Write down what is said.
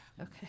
Okay